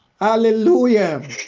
Hallelujah